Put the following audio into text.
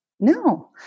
No